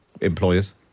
employers